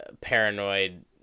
paranoid